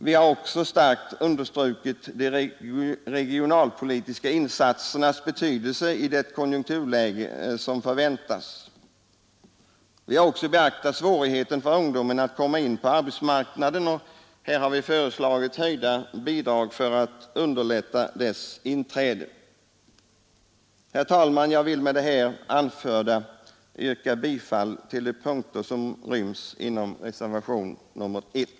Vi har också starkt understrukit de regionalpolitiska insatsernas betydelse i det konjunkturläge som förväntas, Vi har också beaktat svårigheten för ungdomen att komma in på arbetsmarknaden och föreslagit höjda bidrag för att underlätta dess inträde. Herr talman! Jag vill med det anförda yrka bifall till reservationen 1.